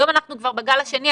היום אנחנו כבר בגל השני,